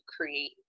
create